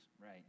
Right